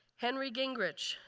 henry gingrich,